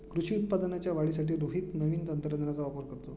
कृषी उत्पादनाच्या वाढीसाठी रोहित नवीन तंत्रज्ञानाचा वापर करतो